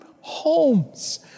homes